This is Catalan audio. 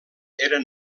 eren